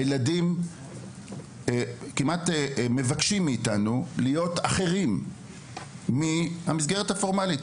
הילדים כמעט מבקשים מאיתנו להיות אחרים מהמסגרת הפורמאלית.